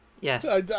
yes